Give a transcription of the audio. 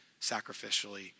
sacrificially